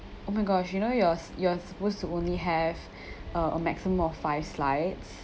oh my gosh you know yours you're supposed to only have uh a maximum of five slides